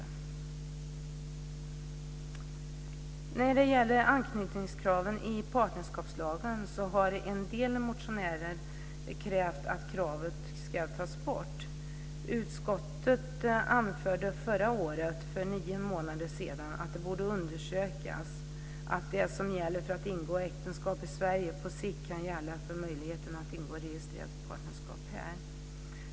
En del motionärer har krävt att anknytningskraven i partnerskapslagen ska tas bort. Utskottet anförde för nio månader sedan att det borde undersökas om de krav som gäller för att ingå äktenskap i Sverige på sikt också kan gälla för möjligheten att ingå registrerat partnerskap här.